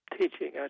teaching